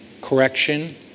Correction